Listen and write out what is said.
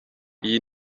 iyi